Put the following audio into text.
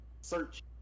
search